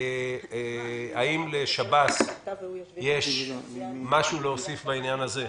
האם לשב"ס יש משהו להוסיף בעניין הזה?